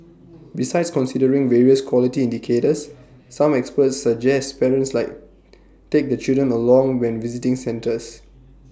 besides considering various quality indicators some experts suggest parents like take the children along when visiting centres